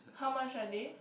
how much are they